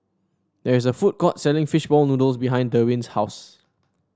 there is a food court selling fish ball noodles behind Derwin's house